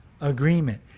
agreement